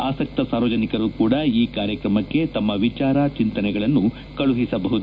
ಆಸಕ್ತ ಸಾರ್ವಜನಿಕರೂ ಕೂಡ ಈ ಕಾರ್ಕಕಮಕ್ಕೆ ತಮ್ಮ ವಿಚಾರ ಚಿಂತನೆಗಳನ್ನು ಕಳುಸಬಹುದು